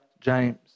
James